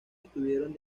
estuvieron